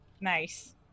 Nice